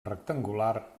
rectangular